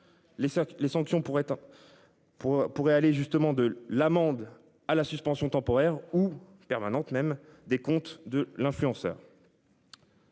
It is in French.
hein. Pour pour aller justement de l'amende à la suspension temporaire ou permanente même des comptes de l'influenceur.